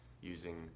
using